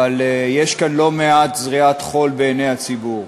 אבל יש כאן לא מעט זריית חול בעיני הציבור.